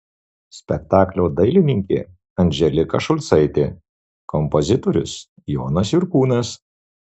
spektaklio dailininkė andželika šulcaitė kompozitorius jonas jurkūnas